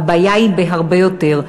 הבעיה היא בהרבה יותר.